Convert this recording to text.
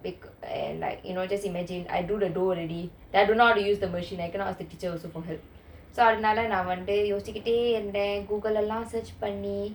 bake and like you know just imagine I do the dough already and then I cannot ask the teacher for help so அதனால நா வந்து யோசிச்சுகிட்டே இருந்தன்:athanala na vanthu yosichukitte irunthan google எல்லாம்:ellam search பண்ணி:panni